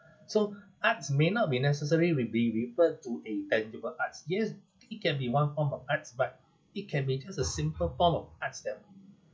so arts may not be necessary really referred to a tangible art yes it can be one form of arts but it can be just a simple form of arts that